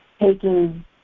taking